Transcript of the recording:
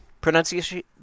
Pronunciation